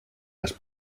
las